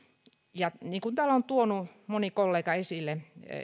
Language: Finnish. niin kuin täällä on tuonut moni kollega esille